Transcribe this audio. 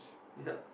yup